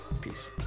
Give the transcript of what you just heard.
Peace